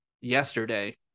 yesterday